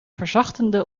verzachtende